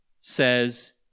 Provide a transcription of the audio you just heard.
says